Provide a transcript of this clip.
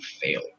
fail